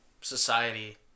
society